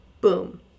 boom